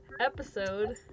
episode